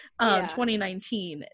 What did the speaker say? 2019